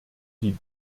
die